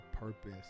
purpose